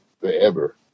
forever